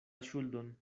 ŝuldon